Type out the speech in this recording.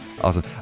Awesome